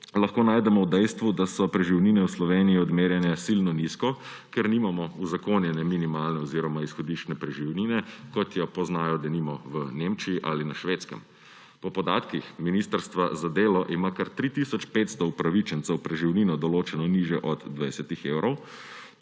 lahko najdemo v dejstvu, da so preživnine v Sloveniji odmerjene silno nizko, ker nimamo uzakonjene minimalne oziroma izhodišče preživnine, kot jo poznajo denimo v Nemčiji ali na Švedskem. Po podatkih Ministrstva za delo ima kar 3 tisoč 500 upravičencev preživnino določeno nižjo od 20 evrov,